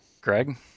Greg